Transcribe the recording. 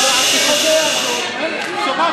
למה אתה חושב שכל המדינה, חוק לאומי, חוצפה.